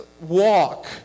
walk